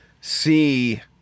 see